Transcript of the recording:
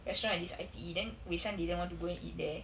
restaurant at this I_T_E then wei xiang didn't want to go and eat there